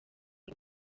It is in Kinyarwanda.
ngo